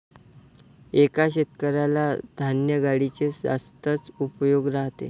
एका शेतकऱ्याला धान्य गाडीचे जास्तच उपयोग राहते